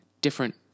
different